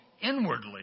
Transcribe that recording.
inwardly